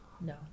No